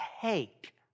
take